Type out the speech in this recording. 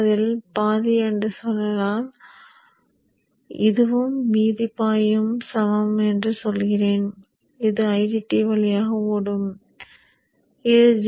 அதில் பாதி என்று சொல்லலாம் இதுவும் மீதி பாதியும் சமம் என்று சொல்கிறேன் இது ID2 வழியாக ஓடும் இது D2